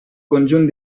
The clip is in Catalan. conjunt